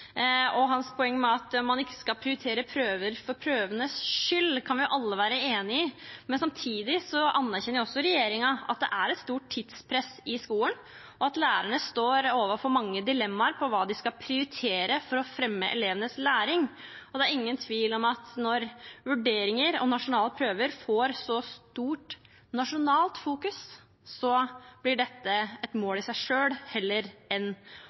poeng om at man ikke skal prioritere prøver for prøvenes skyld, kan vi alle være enig i, men samtidig anerkjenner også regjeringen at det er et stort tidspress i skolen, og at lærerne står overfor mange dilemmaer med hensyn til hva de skal prioritere for å fremme elevenes læring. Det er ingen tvil om at når vurderinger og nasjonale prøver fokuseres så mye på nasjonalt, blir dette et mål i seg selv heller enn